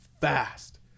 fast